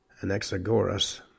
Anaxagoras